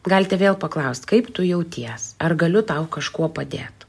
galite vėl paklaust kaip tu jauties ar galiu tau kažkuo padėt